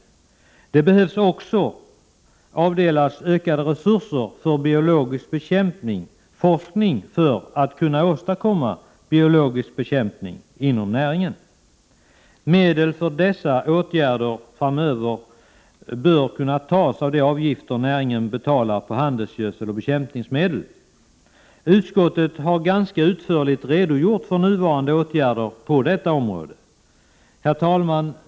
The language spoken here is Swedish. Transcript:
Ökade resurser behöver också avdelas för forskning om biologisk bekämpning för att man skall kunna åstadkomma sådan inom näringen. Medel för dessa åtgärder bör framöver kunna tas av de avgifter som näringen betalar på handelsgödsel och bekämpningsmedel. Utskottet har ganska utförligt redogjort för nuvarande åtgärder på detta område. Herr talman!